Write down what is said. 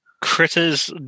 Critters